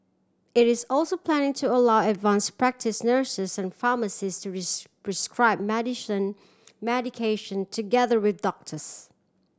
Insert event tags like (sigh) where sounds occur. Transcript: it is also planning to allow advance practice nurses and pharmacists to (unintelligible) prescribe medicine medication together with doctors